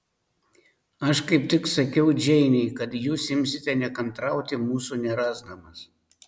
aš kaip tik sakiau džeinei kad jūs imsite nekantrauti mūsų nerasdamas